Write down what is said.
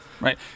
Right